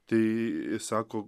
tai išsako